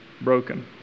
broken